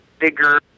bigger